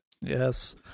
yes